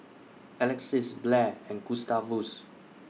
Alexys Blair and Gustavus